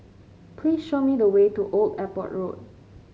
please show me the way to Old Airport Road